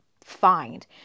find